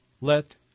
let